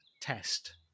test